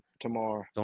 tomorrow